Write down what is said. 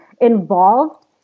involved